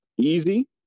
easy